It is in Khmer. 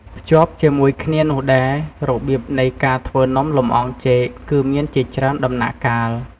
ភ្ជាប់ជាមួយគ្នានោះដែរ របៀបនៃការធ្វើនំលម្អងចេកគឺមានជាច្រើនដំណាក់កាល។